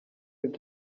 with